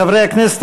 חברי הכנסת,